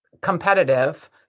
competitive